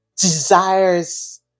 desires